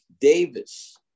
Davis